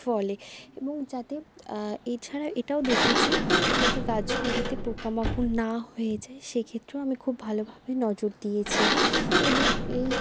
ফলে এবং যাতে এছাড়া এটাও দেখেছি যাতে গাছগুলিতে পোকামাকড় না হয়ে যায় সেক্ষেত্রেও আমি খুব ভালোভাবে নজর দিয়েছি এবং এই